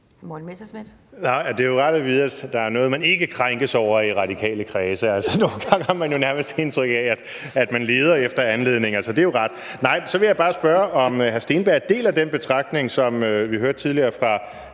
Det er jo rart at vide, at der er noget, man ikke krænkes over i radikale kredse. Nogle gange har man jo nærmest indtryk af, at man leder efter anledninger – så det er jo rart. Nej, så vil jeg bare spørge, om hr. Andreas Steenberg deler den betragtning, som vi hørte tidligere fra